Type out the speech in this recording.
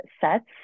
sets